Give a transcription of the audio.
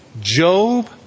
Job